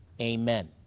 amen